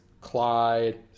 Clyde